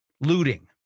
looting